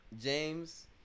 James